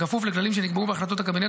בכפוף לתנאים שנקבעו בהחלטות הקבינט